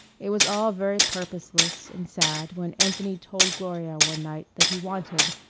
it was all very purposeless and sad when anthony told gloria one night that he wanted,